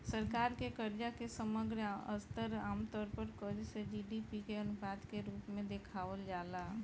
सरकार से कर्जा के समग्र स्तर आमतौर पर कर्ज से जी.डी.पी के अनुपात के रूप में देखावल जाला